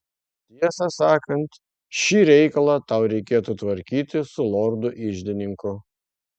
tiesą sakant šį reikalą tau reikėtų tvarkyti su lordu iždininku